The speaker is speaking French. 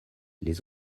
les